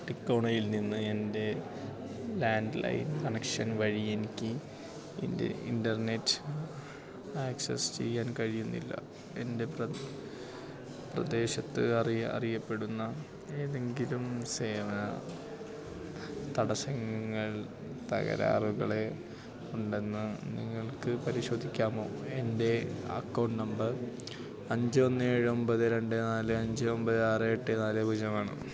ടികോണയിൽനിന്ന് എൻ്റെ landline connection വഴി എനിക്ക് എൻ്റെ ഇൻ്റർനെറ്റ് ആക്സസ് ചെയ്യാൻ കഴിയുന്നില്ല എൻ്റെ പ്രദേശത്ത് അറിയപ്പെടുന്ന ഏതെങ്കിലും സേവന തടസ്സങ്ങൾ തകരാറുകളേ ഉണ്ടെന്ന് നിങ്ങൾക്ക് പരിശോധിക്കാമോ എൻ്റെ അക്കൗണ്ട് നമ്പർ അഞ്ച് ഒന്ന് ഏഴ് ഒമ്പത് രണ്ട് നാല് അഞ്ച് ഒമ്പത് ആറ് എട്ട് നാല് പൂജ്യമാണ്